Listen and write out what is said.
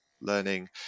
learning